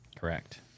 Correct